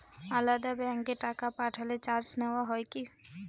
আলাদা ব্যাংকে টাকা পাঠালে চার্জ নেওয়া হয় কি?